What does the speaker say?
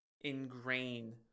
ingrain